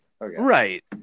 right